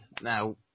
Now